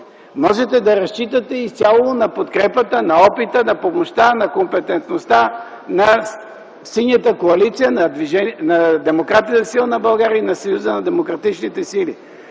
Можете да разчитате изцяло на подкрепата, на опита, на помощта, на компетентността на Синята коалиция - на Демократи за силна България и на Съюза на демократичните сили.